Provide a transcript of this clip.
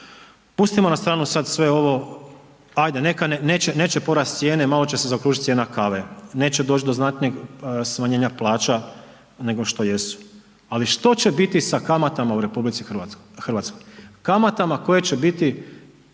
Pustimo na stranu sad sve ovo, ajde neka neće porasti cijene, malo će se zaokružiti cijena kave neće doći do znatnijeg smanjenja plaća nego što jesu ali što će biti sa kamatama u RH? Kamatama koje će biti